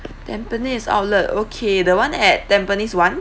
tampines outlet okay the one at tampines one